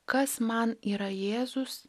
kas man yra jėzus